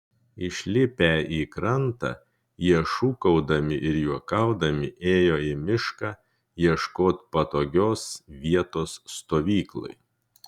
išlipę į krantą jie šūkaudami ir juokaudami ėjo į mišką ieškot patogios vietos stovyklai